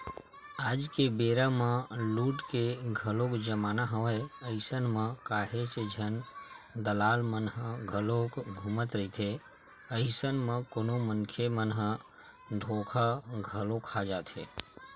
आज के बेरा म लूट के घलोक जमाना हवय अइसन म काहेच झन दलाल मन ह घलोक घूमत रहिथे, अइसन म कोनो मनखे मन ह धोखा घलो खा जाथे